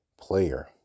player